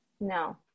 no